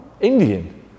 Indian